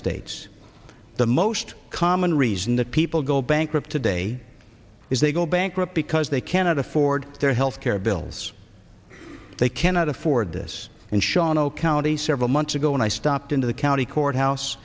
states the most common reason that people go bankrupt today is they go bankrupt because they cannot afford their health care bills they cannot afford this and sean o county several months ago when i stopped in to the county courthouse